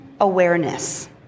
awareness